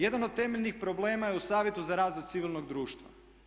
Jedan od temeljnih problema je u Savjetu za razvoj civilnog društva.